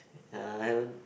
ya I haven't